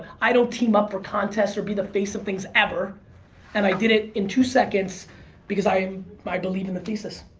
i don't team up for contests or be the face of things ever and i did in two seconds because i um i believe in the thesis.